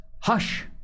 Hush